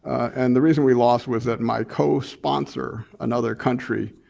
and the reason we lost was that my co-sponsor, another country,